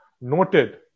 noted